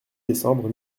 décembre